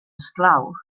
esclaus